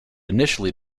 initially